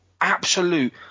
absolute